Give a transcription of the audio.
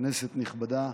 כנסת נכבדה,